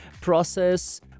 process